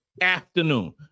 afternoon